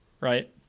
right